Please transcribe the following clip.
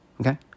okay